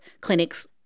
clinics